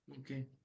okay